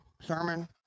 sermon